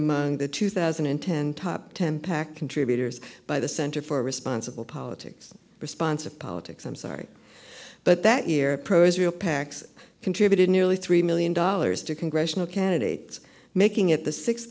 among the two thousand and ten top ten pac contributors by the center for responsible politics responsive politics i'm sorry but that year pro israel pacs contributed nearly three million dollars to congressional candidates making it the sixth